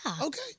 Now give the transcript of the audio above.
Okay